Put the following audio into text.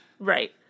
right